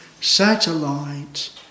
satellite